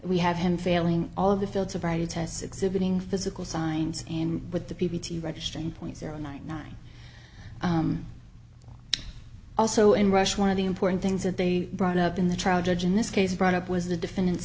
we have him failing all of the field sobriety tests exhibiting physical signs and with the p b t registering point zero nine nine also in russia one of the important things that they brought up in the trial judge in this case brought up was the defendant